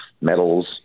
metals